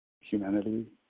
humanity